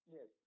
Yes